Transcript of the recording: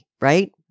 right